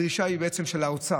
הדרישה היא של האוצר,